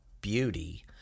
beauty